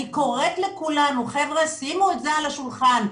אני קוראת לכולנו, חבר'ה, שימו את זה על שולחן.